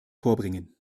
vorbringen